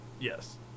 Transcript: Yes